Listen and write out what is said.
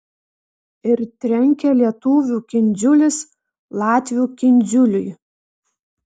ir trenkia lietuvių kindziulis latvių kindziuliui